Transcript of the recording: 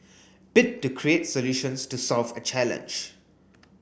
bit to create solutions to solve a challenge